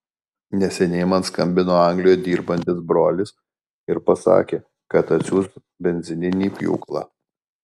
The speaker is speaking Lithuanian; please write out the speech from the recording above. neseniai man skambino anglijoje dirbantis brolis ir pasakė kad atsiųs benzininį pjūklą